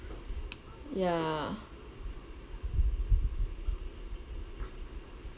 ya